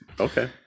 okay